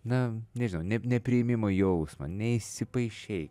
na nežinau ne nepriėmimo jausmą neįsipaišei